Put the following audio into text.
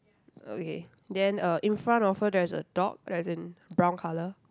okay then uh in front of her there's a dog as in brown colour